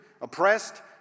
oppressed